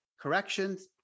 corrections